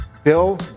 Bill